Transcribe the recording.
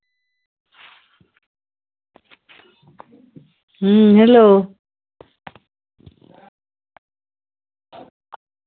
ᱦᱩ ᱦᱮᱞᱳ